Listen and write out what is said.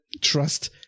trust